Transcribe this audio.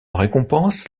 récompense